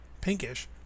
pinkish